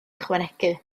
ychwanegu